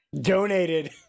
Donated